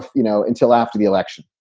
you know, until after the election